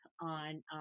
on